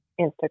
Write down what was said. Instagram